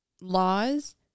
laws